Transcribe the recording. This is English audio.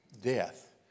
death